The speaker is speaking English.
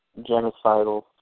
genocidal